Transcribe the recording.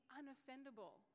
unoffendable